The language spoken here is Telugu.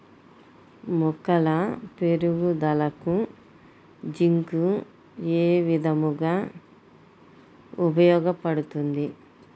మొక్కల పెరుగుదలకు జింక్ ఏ విధముగా ఉపయోగపడుతుంది?